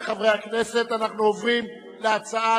ההצעה